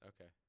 Okay